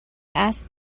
asked